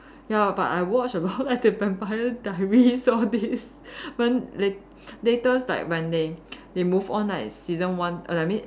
ya but I watch a lot like the vampire diaries all these but then late latest like when they they move on like season one like I mean